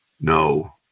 no